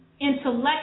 intellectual